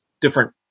different